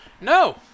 No